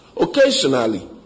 Occasionally